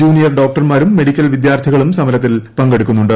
junior ഡോക്ടർമാരും medical വിദ്യാർത്ഥികളും സമരത്തിൽ പങ്കെടുക്കുന്നുണ്ട്